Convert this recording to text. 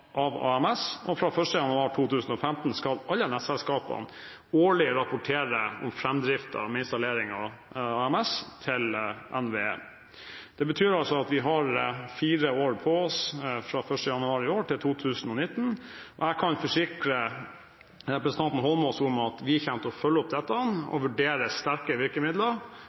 AMS, og fra 1. januar 2015 skal alle nettselskapene årlig rapportere om framdriften med innstalleringen av AMS til NVE. Det betyr at vi har fire år på oss fra 1. januar i år til 2019. Jeg kan forsikre representanten Holmås om at vi kommer til å følge opp dette og vurdere sterkere virkemidler